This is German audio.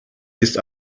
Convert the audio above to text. ist